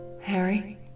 Harry